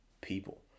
people